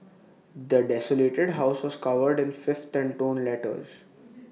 the desolated house was covered in filth and torn letters